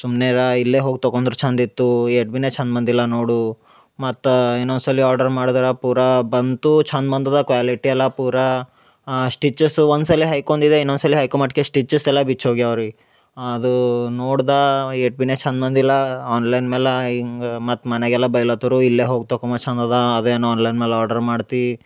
ಸುಮ್ನೆರ ಇಲ್ಲೇ ಹೋಗಿ ತಗೊಂದ್ರ ಚಂದ್ ಇತ್ತು ಎಟ್ ಬಿನೆ ಚಂದ್ ಬಂದಿಲ್ಲ ನೋಡು ಮತ್ತು ಇನ್ನೊಂದು ಸಲಿ ಆರ್ಡರ್ ಮಾಡ್ದರ ಪೂರ ಬಂತು ಚಂದ್ ಬಂದದ ಕ್ವಾಲಿಟಿ ಎಲ್ಲ ಪೂರ ಸ್ಟಿಚಸ್ಸು ಒಂದ್ಸಲಿ ಹಾಯ್ಕೊಂದಿದ್ದೆ ಇನ್ನೊಂದು ಸಲಿ ಹಾಯ್ಕೊ ಮಟ್ಕೆ ಸ್ಟಿಚಸ್ ಎಲ್ಲ ಬಿಚ್ಚಿ ಹೋಗ್ಯಾವ ರೀ ಅದು ನೋಡ್ದ ಎಟ್ ಬಿನೆ ಚಂದ್ ಬಂದಿಲ್ಲಾ ಆನ್ಲೈನ್ ಮೇಲೆ ಹಿಂಗೆ ಮತ್ತು ಮನೆಗೆಲ್ಲ ಬೈಲತಿರು ಇಲ್ಲೆ ಹೋಗಿ ತಕೊಂಬ ಚಂದ್ ಅದಾ ಅದೇನು ಆನ್ಲೈನ್ ಮ್ಯಾಲ ಆರ್ಡರ್ ಮಾಡ್ತೀ